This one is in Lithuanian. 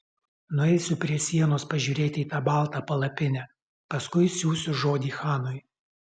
nueisiu prie sienos pažiūrėti į tą baltą palapinę paskui siųsiu žodį chanui